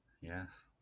Yes